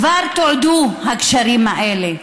כבר תועדו הקשרים האלה,